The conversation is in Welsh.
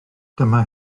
dyma